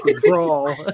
brawl